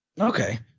Okay